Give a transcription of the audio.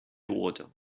odor